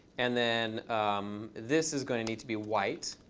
and then this is going to need to be white.